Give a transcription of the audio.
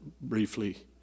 briefly